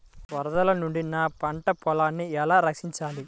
వరదల నుండి నా పంట పొలాలని ఎలా రక్షించాలి?